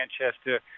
Manchester